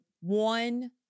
one